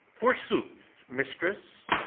forsooth, mistress.